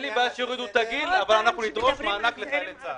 שואל חבר הכנסת קרעי.